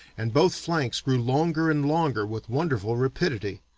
and both flanks grew longer and longer with wonderful rapidity.